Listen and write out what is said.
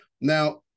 Now